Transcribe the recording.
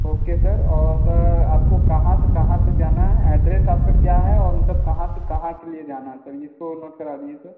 okay sir और sir आपको कहाँ से कहाँ तक जाना है एड्रेस आपका क्या है और मतलब कहाँ से कहाँ के लिए जाना है सर इसको नोट करा दीजिए सर